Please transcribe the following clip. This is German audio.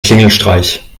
klingelstreich